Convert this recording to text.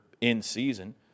in-season